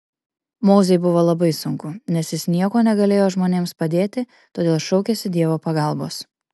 mozei buvo labai sunku nes jis niekuo negalėjo žmonėms padėti todėl šaukėsi dievo pagalbos